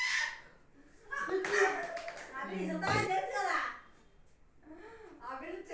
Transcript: amaranth ಕಾಳು ಹಾಲಿಗಿಂತ ಜಾಸ್ತಿ ಕ್ಯಾಲ್ಸಿಯಂ ಗುಣ ಹೊಂದೆತೆ, ಇದನ್ನು ಆದಾಗೆಲ್ಲ ತಗಂಡ್ರ ಎಲುಬು ಗಟ್ಟಿಯಾಗ್ತತೆ ಅಂತ ಓದೀನಿ